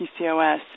PCOS